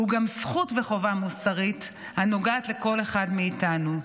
הוא גם זכות וחובה מוסרית הנוגעת לכל אחד מאיתנו.